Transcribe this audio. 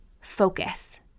focus